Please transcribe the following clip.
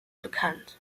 bekannt